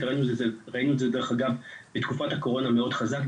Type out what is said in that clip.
וראינו את זה דרך אגב בתקופת הקורונה מאוד חזק,